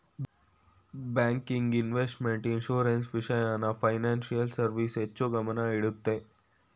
banking, investment, insurance, ವಿಷಯನ financial service ಹೆಚ್ಚು ಗಮನ ಇಡುತ್ತೆ